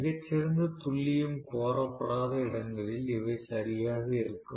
மிகச் சிறந்த துல்லியம் கோரப்படாத இடங்களில் இவை சரியாக இருக்கும்